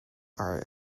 are